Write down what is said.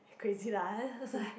crazy lah then was like